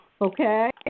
Okay